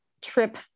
trip